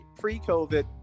pre-COVID